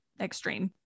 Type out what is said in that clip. extreme